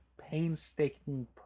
painstaking